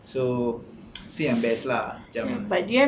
so tu yang best lah macam